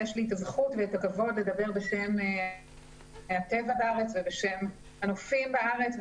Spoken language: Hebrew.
יש לי את הזכות ואת הכבוד לדבר בשם הטבע בארץ ובשם הנופים בארץ.